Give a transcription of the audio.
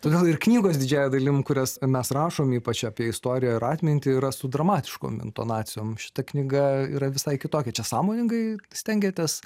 todėl ir knygos didžiąja dalim kurias mes rašom ypač apie istoriją ir atmintį yra su dramatiškom intonacijom šita knyga yra visai kitokia čia sąmoningai stengiatės